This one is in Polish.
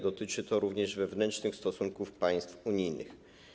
Dotyczy to również wewnętrznych stosunków państw unijnych.